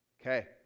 Okay